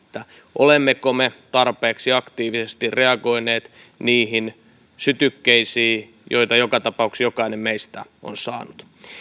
olemmeko me tarpeeksi aktiivisesti reagoineet niihin sytykkeisiin joita joka tapauksessa jokainen meistä on saanut